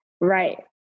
Right